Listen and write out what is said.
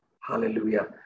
Hallelujah